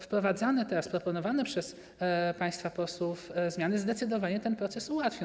Wprowadzane teraz, proponowane przez państwa posłów zmiany zdecydowanie ten proces ułatwią.